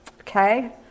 Okay